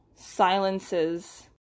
silences